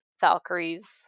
valkyrie's